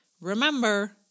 Remember